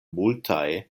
multaj